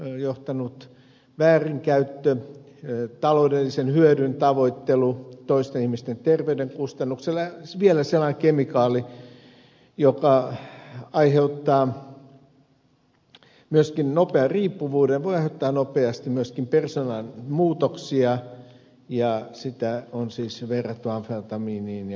kuolemaan johtava väärinkäyttö taloudellisen hyödyn tavoittelu toisten ihmisten terveyden kustannuksella ja vielä sellainen kemikaali joka aiheuttaa myöskin nopean riippuvuuden voi aiheuttaa nopeasti myöskin persoonallisuusmuutoksia ja sitä on siis verrattu amfetamiiniin ja metamfetamiiniin